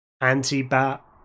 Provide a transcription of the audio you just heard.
anti-Bat